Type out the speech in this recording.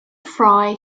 fry